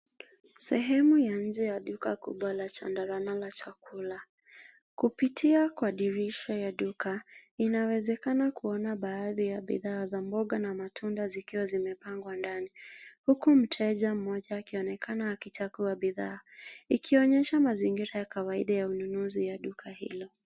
Sehemu ya nje ya duka kubwa la Chandarana la chakula. Kupitia kwa dirisha ya duka, inawezekana kuona baadhi ya bidhaa za mboga na matunda zikiwa zimepangwa ndani huku mteja mmoja akionekana akichagua bidhaa ikionyesha mazingira ya kawaida ya ununuzi ya duka hilo.